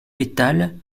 pétales